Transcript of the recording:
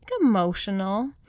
emotional